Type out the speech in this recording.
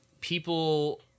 people